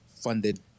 funded